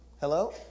Hello